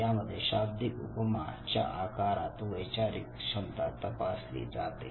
यामध्ये शाब्दिक उपमा च्या आकारात वैचारिक क्षमता तपासली जाते